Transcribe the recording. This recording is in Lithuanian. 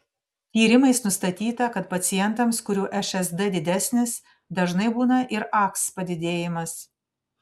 tyrimais nustatyta kad pacientams kurių šsd didesnis dažnai būna ir aks padidėjimas